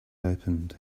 opened